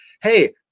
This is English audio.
Hey